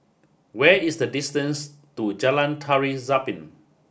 what is the distance to Jalan Tari Zapin